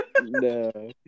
No